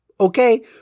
Okay